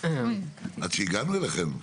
עד שהגענו אליכם.